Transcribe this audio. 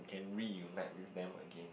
can reunite with them again